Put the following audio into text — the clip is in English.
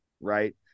right